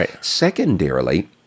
Secondarily